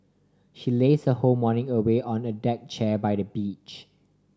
she laze her whole morning away on a deck chair by the beach